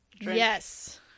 Yes